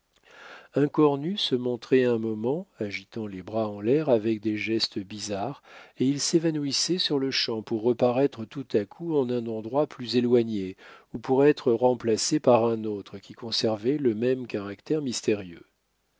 un corps nu se montrait un moment agitant les bras en l'air avec des gestes bizarres et il s'évanouissait sur-le-champ pour reparaître tout à coup en un endroit plus éloigné ou pour être remplacé par un autre qui conservait le même caractère mystérieux